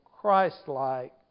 Christ-like